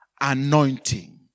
Anointing